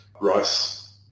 Rice